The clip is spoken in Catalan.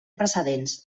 precedents